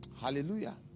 Hallelujah